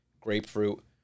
grapefruit